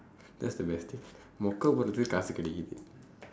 that's the best thing மொக்கை போடுறத்துக்கு காசு கிடைக்குது:mokkai pooduraththukku kaasu kidaikkuthu